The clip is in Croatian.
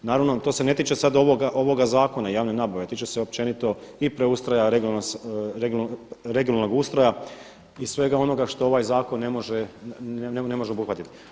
Naravno to se ne tiče sada ovoga zakona javne nabave, tiče se općenito i preustroja regionalnog ustroja i svega onoga što ovaj zakon ne može obuhvatiti.